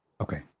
okay